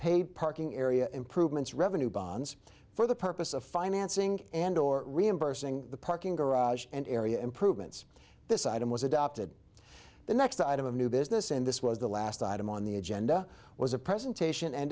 paid parking area improvements revenue bonds for the purpose of financing and or reimbursing the parking garage and area improvements this item was adopted the next item of new business and this was the last item on the agenda was a presentation and